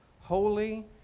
holy